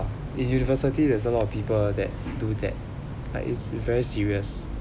in university there's a lot of people that do that like it's very serious